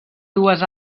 dues